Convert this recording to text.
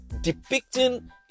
Depicting